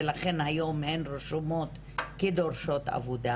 ולכן היום הן רשומות כדורשות עבודה,